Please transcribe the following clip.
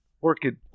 orchid